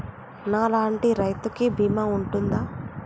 నా లాంటి రైతు కి బీమా ఉంటుందా?